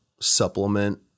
supplement